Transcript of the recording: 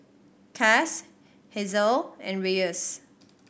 Cas Hazelle and Reyes